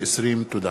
שעה 11:00 תוכן